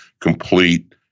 complete